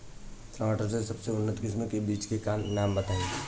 टमाटर के सबसे उन्नत किस्म के बिज के नाम बताई?